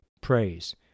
praise